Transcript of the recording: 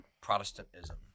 Protestantism